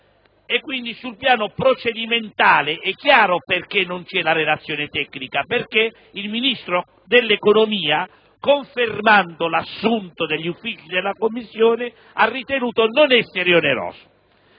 Quindi, sul piano procedimentale è chiaro perché manchi la relazione tecnica; infatti, il Ministro dell'economia, confermando l'assunto degli uffici della Commissione, ha ritenuto l'emendamento non essere oneroso.